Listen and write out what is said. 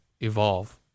evolve